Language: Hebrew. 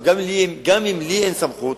גם אם לי אין סמכות,